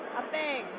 a thing,